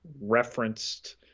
referenced